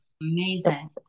amazing